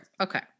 okay